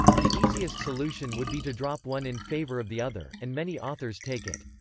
the easiest solution would be to drop one in favor of the other, and many authors take it.